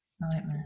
Nightmare